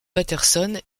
patterson